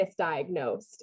misdiagnosed